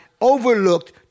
overlooked